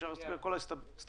כן.